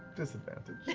disadvantage.